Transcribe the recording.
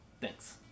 Thanks